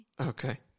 Okay